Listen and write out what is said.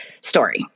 story